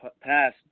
pass